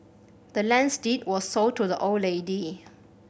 the land's deed was sold to the old lady